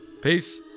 peace